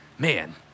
Man